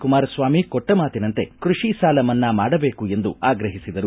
ಕುಮಾರಸ್ವಾಮಿ ಕೊಟ್ಟ ಮಾತಿನಂತೆ ಕೃಷಿ ಸಾಲ ಮನ್ನಾ ಮಾಡಬೇಕು ಎಂದು ಆಗ್ರಹಿಸಿದರು